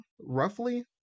roughly